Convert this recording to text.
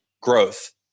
Growth